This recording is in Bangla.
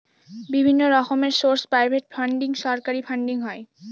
বিভিন্ন রকমের সোর্স প্রাইভেট ফান্ডিং, সরকারি ফান্ডিং হয়